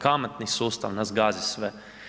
Kamatni sustav nas gazi sve.